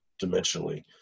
dimensionally